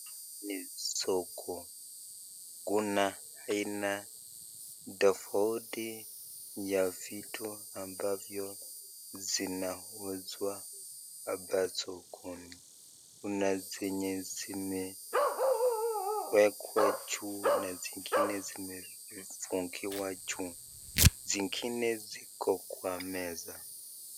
Ni soko Kuna aina ya vitu ambavyo zinauzswa hapa soko kuna zenye zimewekwa juu na zingine zimefungiwa juu zingine ziko kwa meza.